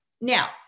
Now